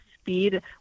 speed